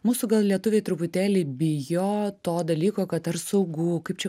mūsų gal lietuviai truputėlį bijo to dalyko kad ar saugu kaip čia